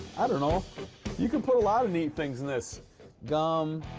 and you know you could put a lot of neat things in this gum.